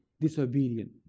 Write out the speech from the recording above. disobedient